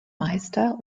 meister